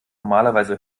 normalerweise